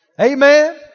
Amen